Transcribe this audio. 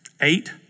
Eight